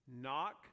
Knock